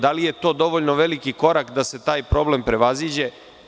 Da li je to dovoljno veliki korak da se taj problem prevaziđe?